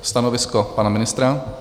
Stanovisko pana ministra?